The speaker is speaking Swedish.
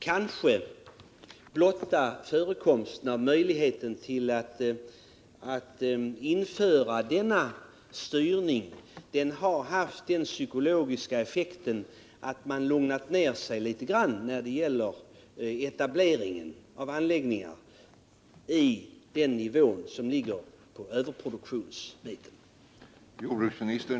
— Kanske blotta möjligheten att införa denna styrning har haft den psykologiska effekten att man lugnat ned sig litet grand när det gäller etablering av anläggningar på den nivå där det kan bli risk för överproduktion.